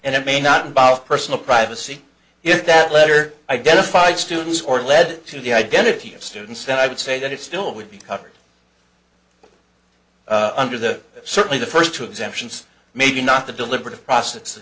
and it may not involve personal privacy if that letter identified students or led to the identity of students then i would say that it still would be covered under the certainly the first two exemptions maybe not the deliberative process